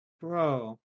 Bro